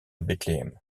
bethléem